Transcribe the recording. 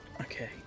Okay